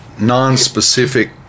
non-specific